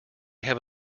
have